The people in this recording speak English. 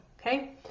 okay